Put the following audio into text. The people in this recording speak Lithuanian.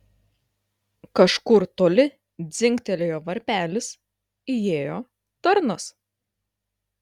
kažkur toli dzingtelėjo varpelis įėjo tarnas